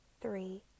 three